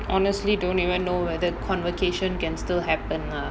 honestly don't even know whether convocation can still happen lah